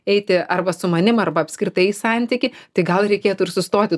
eiti arba su manim arba apskritai į santykį tai gal reikėtų ir sustoti